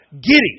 giddy